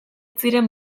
ziren